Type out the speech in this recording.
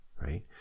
right